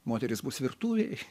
moterys bus virtuvėj